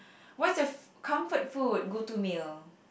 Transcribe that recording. what's your f~ comfort food go to meal